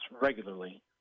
regularly